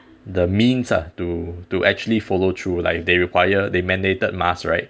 the means ah to to actually follow through like if they require they mandated mask right